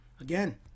again